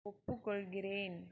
ஒப்புக்கொள்கிறேன்